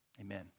Amen